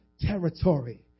territory